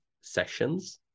sessions